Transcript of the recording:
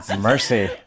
Mercy